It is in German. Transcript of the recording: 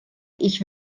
ich